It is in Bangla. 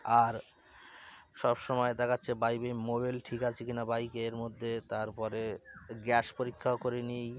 আর সবসময় দেখাচ্ছে বাইকে মোবিল ঠিক আছে কি না বাইকের মধ্যে তার পরে গ্যাস পরীক্ষাও করে নিই